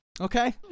Okay